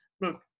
look